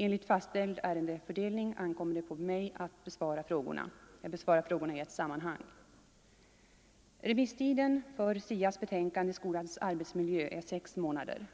Enligt fastställd ärendefördelning ankommer det på mig att besvara frågorna. Jag besvarar dem i ett sammanhang. Remisstiden för SIA:s betänkande Skolans arbetsmiljö är sex imånader.